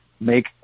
Make